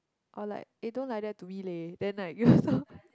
or like eh don't like that to me leh then like you also